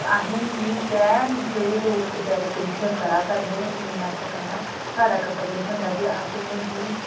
अहें गी गै जेह्ड़े लोक बचारे पेंटिगां करा दे न इन्नी मेह्नत कन्नै साढ़ा कर्तव्य बनदा जे अस उनेंगी